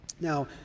Now